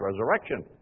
resurrection